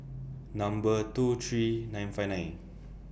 Number two three nine five nine